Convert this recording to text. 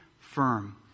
firm